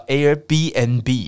Airbnb